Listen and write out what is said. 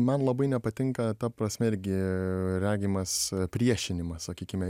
man labai nepatinka ta prasme irgi regimas priešinimas sakykime